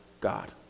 God